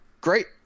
Great